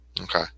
okay